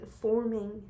forming